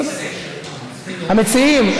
המציעים,